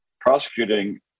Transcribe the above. prosecuting